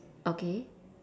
okay